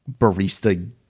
barista